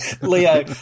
Leo